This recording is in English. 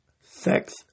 sex